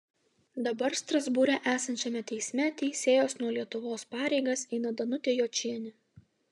dabar strasbūre esančiame teisme teisėjos nuo lietuvos pareigas eina danutė jočienė